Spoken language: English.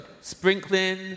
sprinkling